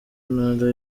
ntara